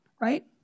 right